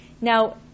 Now